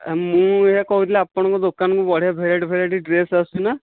ମୁଁ ଏହିଆ କହୁଥିଲି ଆପଣଙ୍କ ଦୋକାନରେ ବଢ଼ିଆ ବଢ଼ିଆ ଭେରାଇଟି ଡ୍ରେସ୍ ଆସୁଛି ନା